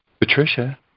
Patricia